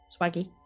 swaggy